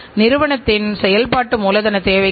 மற்றும் நிறுவனத்தின் இறுதி நோக்கம் என்ன